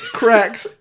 cracks